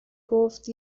گفت